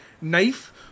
knife